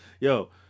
Yo